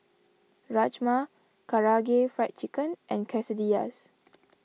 Rajma Karaage Fried Chicken and Quesadillas